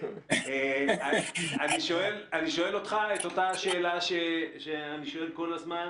אני שואל אותך את אותה שאלה שאני שואל כל הזמן